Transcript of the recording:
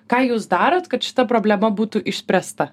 ką jūs darot kad šita problema būtų išspręsta